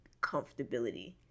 comfortability